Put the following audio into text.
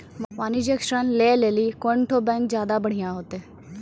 वाणिज्यिक ऋण लै लेली कोन ठो बैंक ज्यादा बढ़िया होतै?